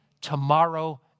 tomorrow